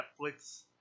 Netflix